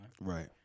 Right